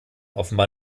offenbar